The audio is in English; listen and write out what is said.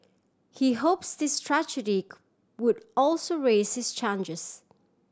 he hopes this strategy would also raise his chances